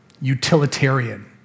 utilitarian